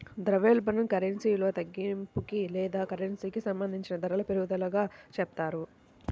ద్రవ్యోల్బణం కరెన్సీ విలువ తగ్గింపుకి లేదా కరెన్సీకి సంబంధించిన ధరల పెరుగుదలగా చెప్తారు